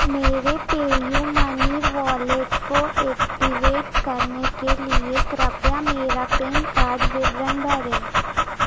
मेरे PayUmoney wallet को activate करने के लिए कृपया मेरा पैन कार्ड विवरण भरें